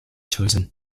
chosen